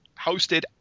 hosted